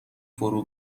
فرو